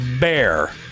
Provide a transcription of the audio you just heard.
bear